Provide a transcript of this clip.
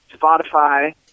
Spotify